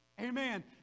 amen